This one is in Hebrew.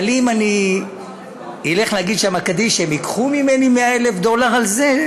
אבל אם אני אלך להגיד שם קדיש הם ייקחו ממני 100,000 דולר על זה?